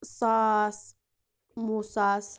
ساس وُہ ساس